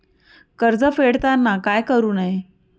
कर्ज फेडताना काय करु नये?